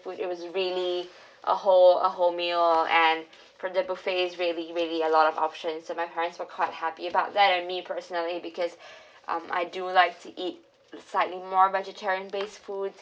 food it was really a whole a whole meal and for the buffet really really a lot of options my parents were quite happy about that and me personally because um I do like to eat slightly more vegetarian based foods